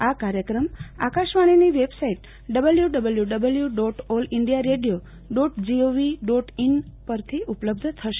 આ કાર્યક્રમ આકાશવાણીની website W W W dot all India radio dot G O V dot in પરથી પણ ઉપલબ્ધ થશે